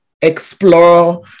explore